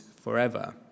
forever